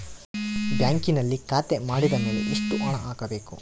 ಬ್ಯಾಂಕಿನಲ್ಲಿ ಖಾತೆ ಮಾಡಿದ ಮೇಲೆ ಎಷ್ಟು ಹಣ ಹಾಕಬೇಕು?